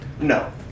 No